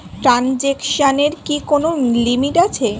ট্রানজেকশনের কি কোন লিমিট আছে?